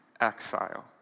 exile